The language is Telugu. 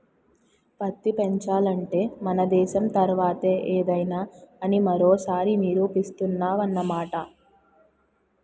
పత్తి పెంచాలంటే మన దేశం తర్వాతే ఏదైనా అని మరోసారి నిరూపిస్తున్నావ్ అన్నమాట